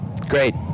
Great